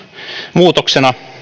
muutoksena